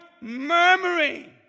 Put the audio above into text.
murmuring